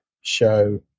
show